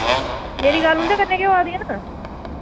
मेरी गल्ल उ'न्दे कन्नै गै होआ दी ऐ ना